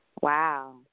Wow